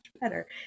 better